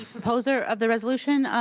proposer of the resolution,